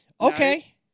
Okay